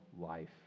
life